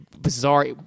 bizarre